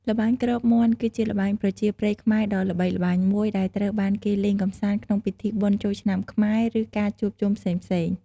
ល្បែងគ្របមាន់ គឺជាល្បែងប្រជាប្រិយខ្មែរដ៏ល្បីល្បាញមួយ ដែលត្រូវបានគេលេងកម្សាន្តក្នុងពិធីបុណ្យចូលឆ្នាំខ្មែរ ឬការជួបជុំផ្សេងៗ។